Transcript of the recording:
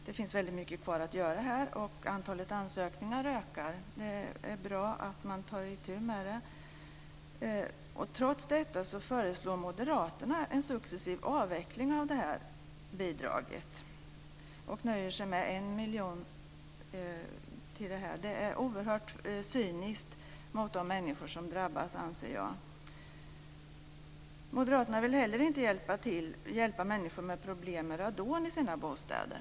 Det finns väldigt mycket kvar att göra här, och antalet ansökningar ökar. Det är bra att man tar itu med det. Trots detta föreslår Moderaterna en successiv avveckling av detta bidrag och nöjer sig med 1 miljon till det här. Det är oerhört cyniskt mot de människor som drabbas, anser jag. Moderaterna vill heller inte hjälpa människor med problem med radon i sina bostäder.